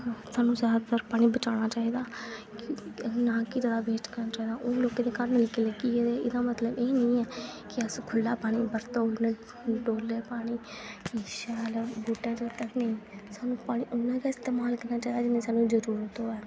सानूं जैदातर पानी बचाना चाहिदा नां कि जैदा बेस्ट करना चाहिदा हून लोकें दे घर नलकें लग्गी गेदे एह्दा मतलब एह् निं ऐ कि अस खुल्ला पानी बरतगे डोलो पानी शैल बूह्टा सानूं पानी उन्ना गै इस्तेमाल करना चाहिदा जिन्नी सानूं जरूरत होऐ